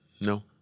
no